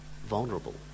Vulnerable